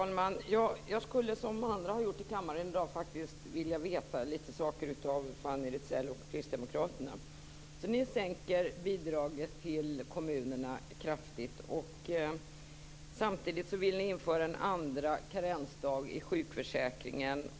Fru talman! Jag skulle, liksom de andra i kammaren, vilja få reda på några saker från Fanny Rizell och Ni vill sänka bidraget till kommunerna kraftigt. Samtidigt vill ni införa en andra karensdag i sjukförsäkringen.